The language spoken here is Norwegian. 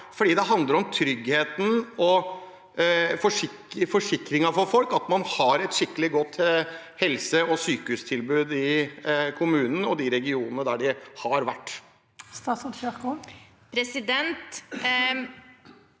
for det handler om folks trygghet og forsikring for at man har et skikkelig godt helse- og sykehustilbud i kommunen og de regionene der det har vært. Statsråd